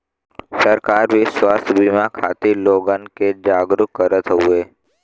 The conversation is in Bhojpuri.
सरकार भी स्वास्थ बिमा खातिर लोगन के जागरूक करत हउवे